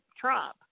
Trump